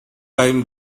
time